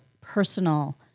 personal